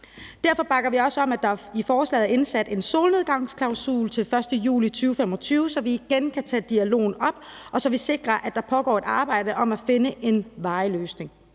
Derfor bakker vi også op om, at der i forslaget er indsat en solnedgangsklausul til 1. juli 2025, så vi igen kan tage dialogen op, og så vi sikrer, at der pågår et arbejde med at finde en varig løsning.